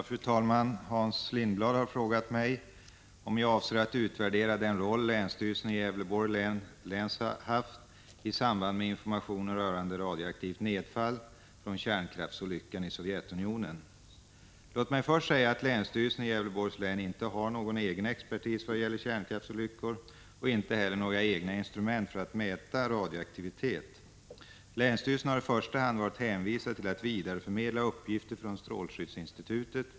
Fru talman! Hans Lindblad har frågat mig om jag avser att utvärdera den roll länsstyrelsen i Gävleborgs län haft i samband med informationen rörande radioaktivt nedfall från kärnkraftsolyckan i Sovjetunionen. Låt mig först säga att länsstyrelsen i Gävleborgs län inte har någon egen expertis vad gäller kärnkraftsolyckor och inte heller några egna instrument för att mäta radioaktivitet. Länsstyrelsen har i första hand varit hänvisad till att vidareförmedla uppgifter från strålskyddsinstitutet.